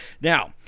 Now